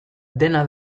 dena